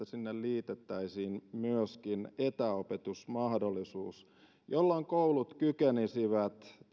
sinne liitettäisiin myöskin etäopetusmahdollisuus jolloin koulut kykenisivät